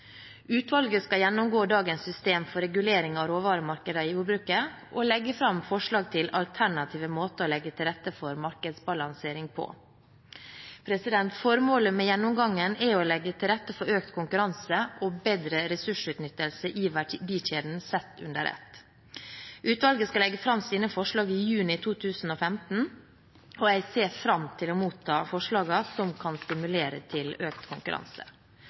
Utvalget skal gjennomgå dagens system for regulering av råvaremarkedene i jordbruket og legge fram forslag til alternative måter å legge til rette for markedsbalansering på. Formålet med gjennomgangen er å legge til rette for økt konkurranse og bedre ressursutnyttelse i verdikjeden sett under ett. Utvalget skal legge fram sine forslag i juni 2015. Jeg ser fram til å motta forslagene som kan stimulere til økt konkurranse.